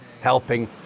helping